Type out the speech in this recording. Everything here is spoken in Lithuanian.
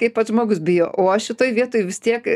kaip pats žmogus bijo o aš šitoj vietoj vis tiek